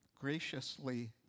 graciously